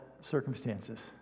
circumstances